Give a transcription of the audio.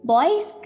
Boys